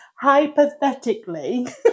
Hypothetically